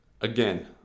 Again